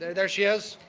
there she is.